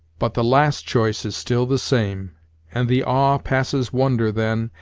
but the last choice is still the same and the awe passes wonder then,